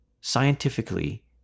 scientifically